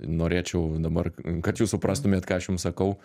norėčiau dabar kad jūs suprastumėt ką aš jum sakau